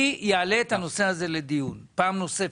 אני יעלה את הנושא הזה לדיון פעם נוספת.